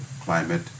climate